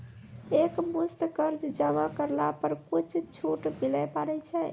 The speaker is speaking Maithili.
एक मुस्त कर्जा जमा करला पर कुछ छुट मिले पारे छै?